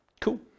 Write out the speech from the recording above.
Cool